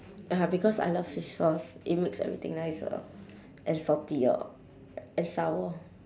ya because I love fish sauce it makes everything nicer and saltier and sour